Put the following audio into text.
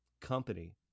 company